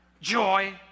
joy